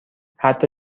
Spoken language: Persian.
حتی